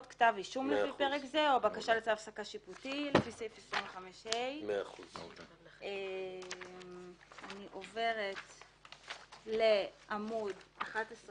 כתב אישום לפי פרק זה או בקשה לצו הפסקה שיפוטי לפי סעיף 25ה". עמוד 11,